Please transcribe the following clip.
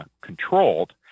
controlled